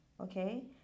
Okay